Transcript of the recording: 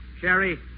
Sherry